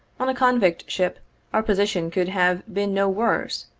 on a convict ship our position could have been no worse,